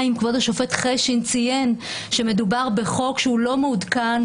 כבוד השופט חשין ציין שמדובר בחוק שהוא לא מעודכן,